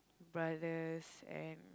brothers and